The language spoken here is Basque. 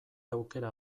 aukera